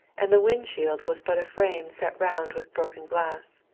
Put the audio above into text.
and the wind shield was but a frame set round with broken glass.